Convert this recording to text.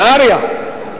נהרייה,